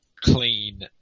clean